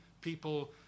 people